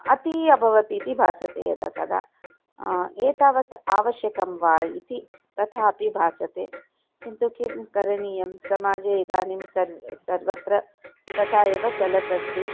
अति अभवत् इति भासते यदा कदा एतावत् आवश्यकं वा इति तथापि भासते किन्तु किं करणीयं समाजे इदानीं सर्व् सर्वत्र तथा एव चलत् अस्ति